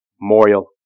Memorial